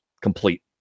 complete